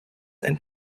and